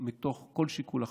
מתוך כל שיקול אחר.